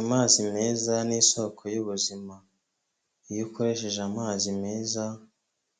Amazi meza ni isoko y'ubuzima, iyo ukoresheje amazi meza